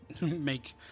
make